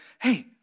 Hey